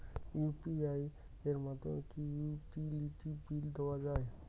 UPI এর মাধ্যমে কি ইউটিলিটি বিল দেওয়া যায়?